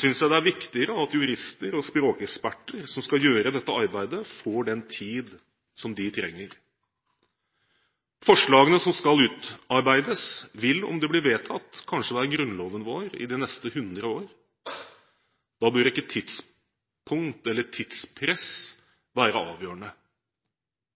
synes jeg det er viktigere at jurister og språkeksperter som skal gjøre dette arbeidet, får den tiden de trenger. Forslagene som skal utarbeides, vil – om de blir vedtatt – kanskje være grunnloven vår i de neste 100 år. Da bør ikke tidspunktet, eller tidspress, være avgjørende.